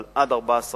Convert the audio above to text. אבל עד 14 חודשים,